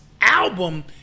album